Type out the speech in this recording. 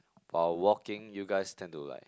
while walking you guys tend to like